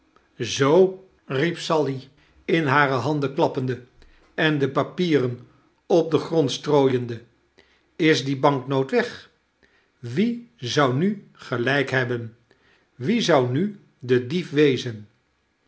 zoo riep sally in hare handen klappende en de papieren op den grond strooiende is die banknoot weg wie zou nu gelijk hebben wie zou nu de dief wezen